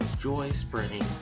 joy-spreading